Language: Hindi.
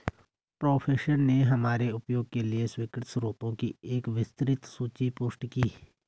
प्रोफेसर ने हमारे उपयोग के लिए स्वीकृत स्रोतों की एक विस्तृत सूची पोस्ट की